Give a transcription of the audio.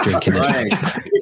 drinking